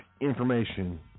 information